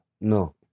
No